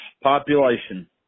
Population